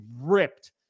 ripped